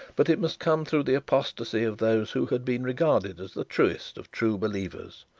but it must come through the apostasy of those who had been regarded as the truest of true believers.